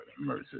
mercy